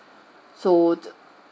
so th~